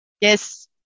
Yes